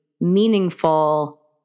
meaningful